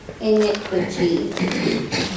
iniquity